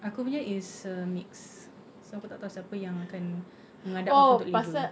aku punya is uh mixed so aku tak tahu siapa yang akan menghadap aku untuk labour